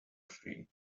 free